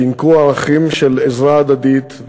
שינקו ערכים של עזרה הדדית,